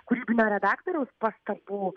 kūrybinio redaktoriaus pastabų